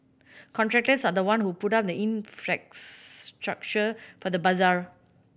contractors are the one who put up the infrastructure for the bazaar